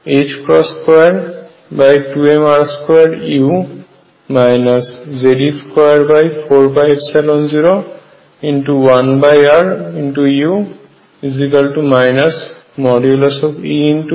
এবং ধরা যাক r a x